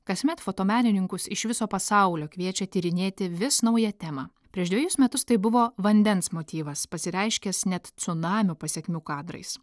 kasmet fotomenininkus iš viso pasaulio kviečia tyrinėti vis naują temą prieš dvejus metus tai buvo vandens motyvas pasireiškęs net cunamio pasekmių kadrais